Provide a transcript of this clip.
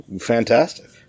fantastic